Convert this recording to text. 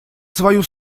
свою